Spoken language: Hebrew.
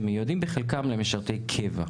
שמיועדים בחלקם למשרתי הקבע.